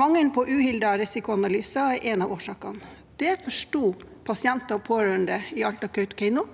Mangelen på uhildede risikoanalyser er en av årsakene. Det forsto pasienter og pårørende i Alta og Kautokeino